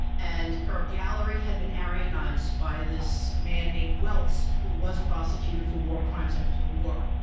and her gallery had been aryanized by this man named welz who was prosecuted for war crimes after the war.